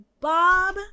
Bob